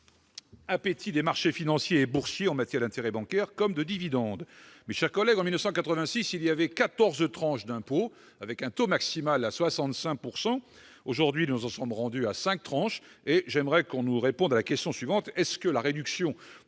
appétit des marchés financiers et boursiers en matière d'intérêts bancaires comme de dividendes. Mes chers collègues, en 1986, il y avait quatorze tranches d'impôt avec un taux maximal à 65 %. Aujourd'hui, nous en sommes à cinq tranches. J'aimerais que l'on nous réponde à la question suivante : la réduction